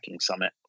Summit